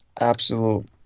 absolute